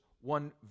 one